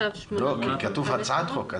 כתוב הצעת חוק.